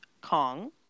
Kong